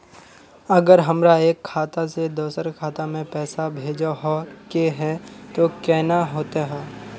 अगर हमरा एक खाता से दोसर खाता में पैसा भेजोहो के है तो केना होते है?